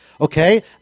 Okay